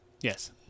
yes